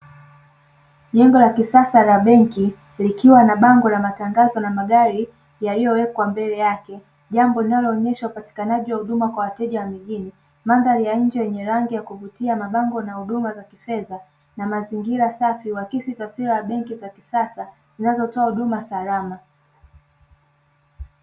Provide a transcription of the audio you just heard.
Jengo la kisasa la benki likiwa na bango la matangazo na magari yaliyowekwa mbele yake, jambo linaloonyesha upatikanaji wa huduma kwa wateja wa mijini. Mandhari ya nje yenye rangi ya kuvutia na mabango na huduma za kifedha na mazingira safi, huakisi taswira ya benki za kisasa zinazotoa huduma salama.